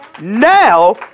Now